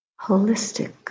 holistic